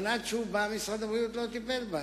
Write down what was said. אבל עד שהוא בא, משרד הבריאות לא טיפל בהם,